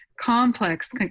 complex